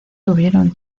tuvieron